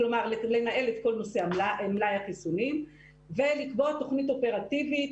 כלומר לנהל את כל נושא מלאי החיסונים ולקבוע תוכנית אופרטיבית